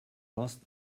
lost